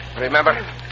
Remember